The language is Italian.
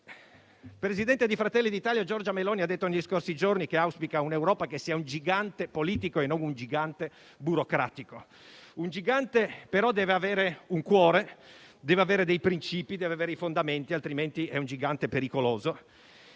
il presidente di Fratelli d'Italia, Giorgia Meloni, ha detto negli scorsi giorni che auspica un'Europa che sia un gigante politico e non un gigante burocratico. Un gigante però deve avere un cuore, dei principi e dei fondamenti, altrimenti è un gigante pericoloso.